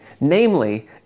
namely